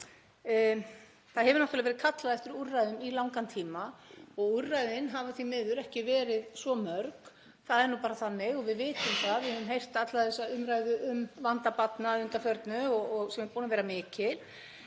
það hefur náttúrlega verið kallað eftir úrræðum í langan tíma en úrræðin hafa því miður ekki verið svo mörg. Það er nú bara þannig og við vitum það, við höfum heyrt alla þessa umræðu um vanda barna að undanförnu sem er búinn að vera mikill.